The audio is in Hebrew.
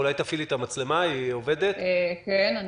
תסבירי לנו